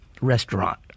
restaurant